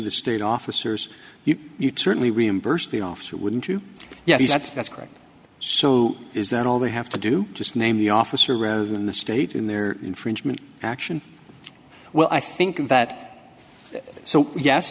the state officers you certainly reimburse the office who wouldn't you yeah that that's correct so is that all they have to do just name the officer rather than the state in their infringement action well i think that so yes